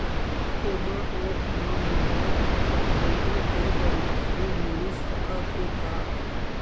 कोनो एप मा मोला सब्सिडी के जानकारी मिलिस सकत हे का?